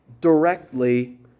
directly